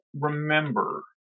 remember